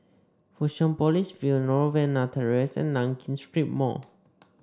Fusionopolis View Novena Terrace and Nankin Street Mall